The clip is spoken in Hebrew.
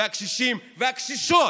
הקשישים והקשישות,